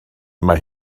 mae